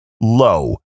low